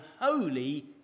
holy